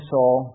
Saul